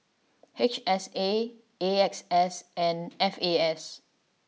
H S A A X S and F A S